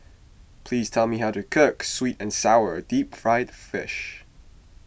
please tell me how to cook Sweet and Sour Deep Fried Fish